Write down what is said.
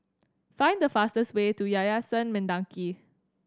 find the fastest way to Yayasan Mendaki